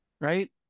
right